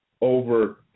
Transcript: over